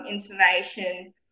information